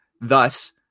Thus